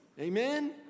Amen